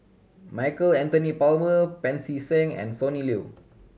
Michael Anthony Palmer Pancy Seng and Sonny Liew